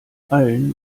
allen